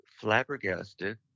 flabbergasted